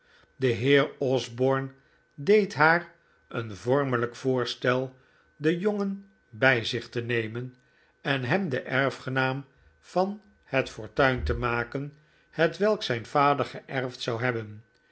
de heer osborne deed haar een vormelijk voorstel den jongen bij zich te nemen en hem den erfgenaam van het fortuin te maken hetwelk zijn vader geerfd zou hebben